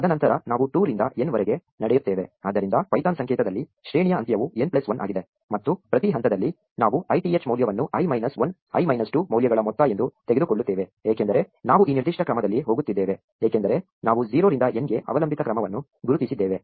ತದನಂತರ ನಾವು 2 ರಿಂದ n ವರೆಗೆ ನಡೆಯುತ್ತೇವೆ ಆದ್ದರಿಂದ ಪೈಥಾನ್ ಸಂಕೇತದಲ್ಲಿ ಶ್ರೇಣಿಯ ಅಂತ್ಯವು n ಪ್ಲಸ್ 1 ಆಗಿದೆ ಮತ್ತು ಪ್ರತಿ ಹಂತದಲ್ಲಿ ನಾವು ith ಮೌಲ್ಯವನ್ನು i ಮೈನಸ್ 1 i ಮೈನಸ್ 2 ಮೌಲ್ಯಗಳ ಮೊತ್ತ ಎಂದು ತೆಗೆದುಕೊಳ್ಳುತ್ತೇವೆ ಏಕೆಂದರೆ ನಾವು ಈ ನಿರ್ದಿಷ್ಟ ಕ್ರಮದಲ್ಲಿ ಹೋಗುತ್ತಿದ್ದೇವೆ ಏಕೆಂದರೆ ನಾವು 0 ರಿಂದ n ಗೆ ಅವಲಂಬಿತ ಕ್ರಮವನ್ನು ಗುರುತಿಸಿದ್ದೇವೆ